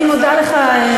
אני מודה לך,